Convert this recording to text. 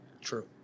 True